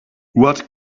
what